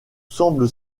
semble